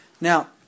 Now